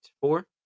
four